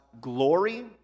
glory